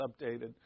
updated